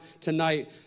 tonight